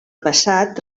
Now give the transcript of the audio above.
passat